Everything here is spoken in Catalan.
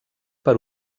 per